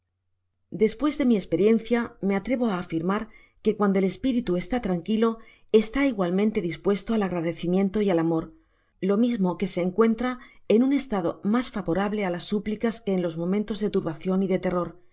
at de mi esperiencia me atrevo á afirmar que cuando el espíritu está tranquilo está igualmente dispuesto al agra decimiento y al amor lo mismo que se encuentra en un estado mas favorable á las súplicas que en los momentos dé íilrbaeion y de terror